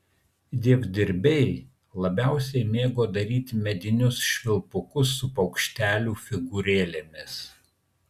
dievdirbiai labiausiai mėgo daryti medinius švilpukus su paukštelių figūrėlėmis